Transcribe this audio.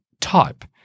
type